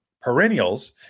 perennials